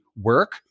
work